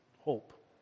hope